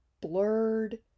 blurred